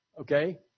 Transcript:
Okay